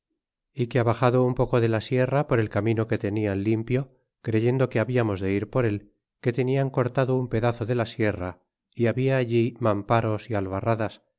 y que abaxado un poco de la sierra por el camino que tenian limpio creyendo que hablamos de ir por él que teuian cortado un pedazo de la sierra y habla allí mamparos é albarradas